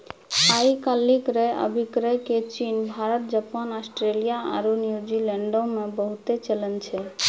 आइ काल्हि क्रय अभिक्रय के चीन, भारत, जापान, आस्ट्रेलिया आरु न्यूजीलैंडो मे बहुते चलन छै